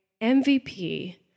MVP